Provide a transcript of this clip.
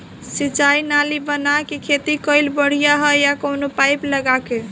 सिंचाई नाली बना के खेती कईल बढ़िया ह या कवनो पाइप लगा के?